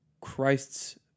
Christ's